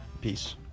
peace